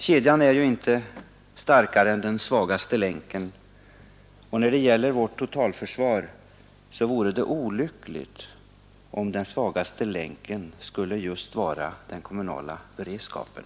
Kedjan är ju inte starkare än den svagaste länken, och när det gäller vårt totalförsvar vore det olyckligt, om den svagaste länken skulle vara just den kommunala beredskapen.